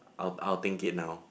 I I will think it now